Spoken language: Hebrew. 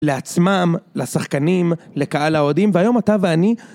לעצמם, לשחקנים, לקהל האוהדים, והיום אתה ואני